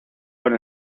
buen